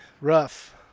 Rough